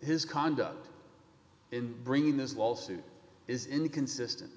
his conduct in bringing this lawsuit is inconsistent